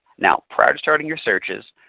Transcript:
now prior to starting your searches,